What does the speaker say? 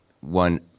one